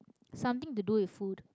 something to do with food